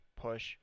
push